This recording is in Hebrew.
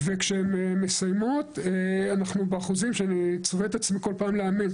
וכשהן מסיימות אנחנו באחוזים שאני צובט את עצמי כל פעם להאמין.